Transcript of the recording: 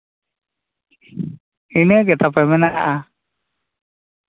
ᱤᱱᱟᱹᱜᱮ ᱛᱟᱯᱮ ᱢᱮᱱᱟᱜᱼᱟ